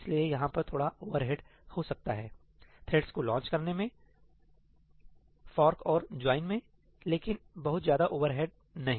इसलिए यहां पर थोड़ा ओवरहेड हो सकता है थ्रेड्स को लॉन्च करने में फ्रॉक और ज्वाइन मे लेकिन बहुत ज्यादा ओवरहेड नहीं